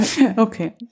Okay